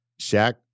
Shaq